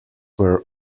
were